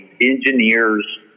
engineers